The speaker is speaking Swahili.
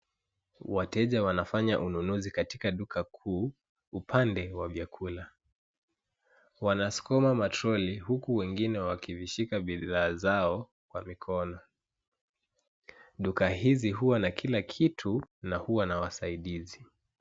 Wateja wanafanya ununuzi katika duka kuu, upande wa vyakula. Wanasukuma matoroli huku wengine wakishizika bidhaa zao kwa mikono. Duka hizi huwa na kila kitu na huwa na wasaidizi.